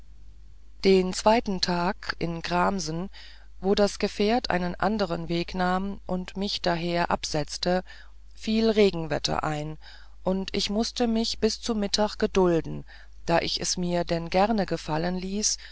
den zweiten tag in gramsen wo das gefährt einen andern weg nahm und mich daher absetzte fiel regenwetter ein ich mußte mich bis zu mittag gedulden da ich es mir denn gern gefallen ließ